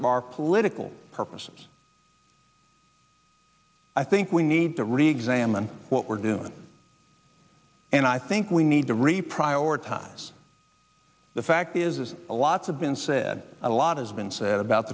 mark political purposes i think we need to reexamine what we're doing and i think we need to re prioritize the fact is is a lots of been said a lot has been said about